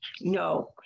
No